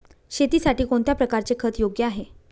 शेतीसाठी कोणत्या प्रकारचे खत योग्य आहे?